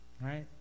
Right